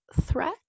threat